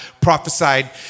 prophesied